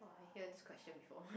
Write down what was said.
!wah! I hear this question before